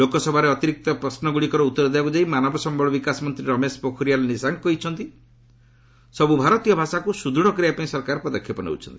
ଲୋକସଭାରେ ଅତିରିକ୍ତ ପ୍ରଶ୍ନଗୁଡ଼ିକର ଉତ୍ତର ଦେବାକୁ ଯାଇ ମାନବ ସମ୍ଭଳ ବିକାଶ ମନ୍ତ୍ରୀ ରମେଶ ପୋଖରୀଆଲ୍ ନିଶାଙ୍କ କହିଛନ୍ତି ସବୁ ଭାରତୀୟ ଭାଷାକୁ ସୁଦୃଢ଼ କରିବା ପାଇଁ ସରକାର ପଦକ୍ଷେପ ନେଉଛନ୍ତି